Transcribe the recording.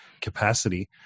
capacity